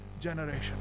generation